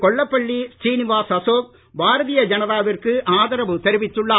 கொல்லப்பள்ளி ஸ்ரீனிவாஸ் அசோக் பாரதீய ஜனதாவிற்கு ஆதரவு தெரிவித்துள்ளார்